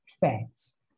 facts